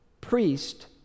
priest